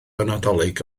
nadolig